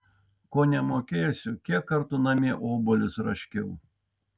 ko nemokėsiu kiek kartų namie obuolius raškiau